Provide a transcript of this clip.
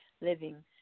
living